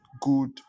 good